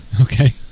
Okay